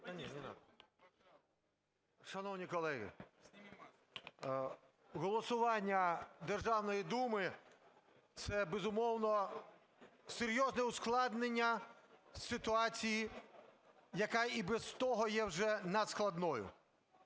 Шановні колеги, голосування Державної Думи – це, безумовно, серйозне ускладнення ситуації, яка і без того є вже надскладною.